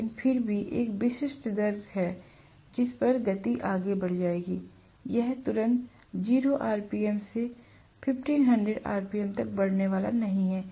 लेकिन फिर भी एक विशिष्ट दर है जिस पर गति बढ़ जाएगी यह तुरंत 0 आरपीएम से 1500 आरपीएम तक बढ़ने वाला नहीं है